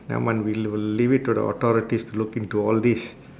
never mind we will leave it to the authorities to look into all this